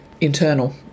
internal